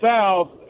South